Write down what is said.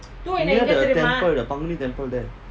near the temple the temple there